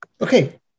Okay